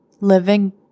living